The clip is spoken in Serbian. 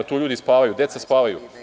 Tu ljudi spavaju, deca spavaju.